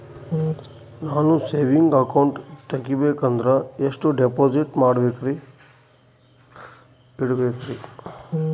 ನಾನು saving account ತೆಗಿಬೇಕಂದರ ಎಷ್ಟು ಡಿಪಾಸಿಟ್ ಇಡಬೇಕ್ರಿ?